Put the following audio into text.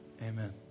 amen